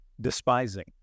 despising